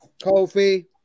Kofi